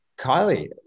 Kylie